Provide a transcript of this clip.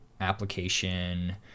application